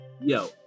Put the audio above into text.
Yo